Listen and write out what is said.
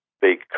big